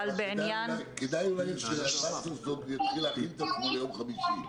כדאי שוסרצוג יכין את עצמו ליום חמישי.